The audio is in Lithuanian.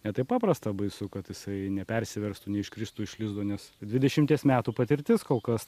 ne taip paprasta baisu kad jisai nepersiverstų neiškristų iš lizdo nes dvidešimties metų patirtis kol kas